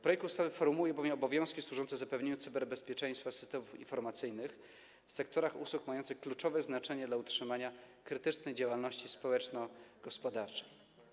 Projekt ustawy formułuje bowiem obowiązki służące zapewnieniu cyberbezpieczeństwa systemów informacyjnych w sektorach usług mających kluczowe znaczenie dla utrzymania krytycznej działalności społeczno-gospodarczej.